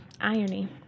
irony